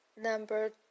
Number